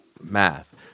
math